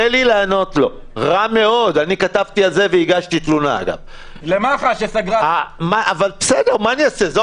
ולכן לפני חמישה חודשים השרידים האחרונים